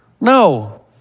No